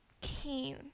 keen